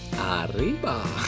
Arriba